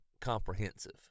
comprehensive